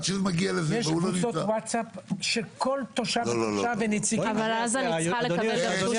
יש קבוצות וואטסאפ שכל תושב והנציגים שלהם נמצאים.